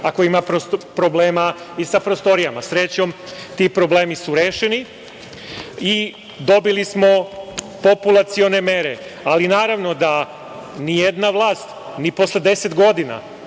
ako ima problema i sa prostorijama. Srećom, ti problemi su rešeni i dobili smo populacione mere, ali naravno da nijedna vlast ni posle 10 godina